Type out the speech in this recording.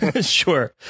Sure